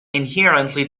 inherently